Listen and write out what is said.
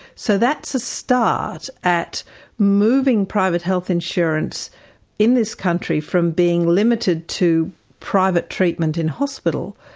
so that's a start at moving private health insurance in this country from being limited to private treatment in hospital,